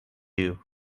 you